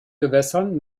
gewässern